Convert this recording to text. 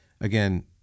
again